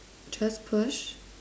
just push